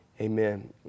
Amen